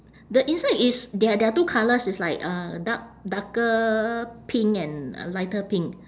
the inside is there are there are two colours it's like a dark darker pink and a lighter pink